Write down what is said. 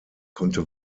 konnte